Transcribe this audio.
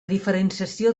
diferenciació